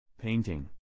Painting